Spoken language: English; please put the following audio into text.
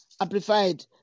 Amplified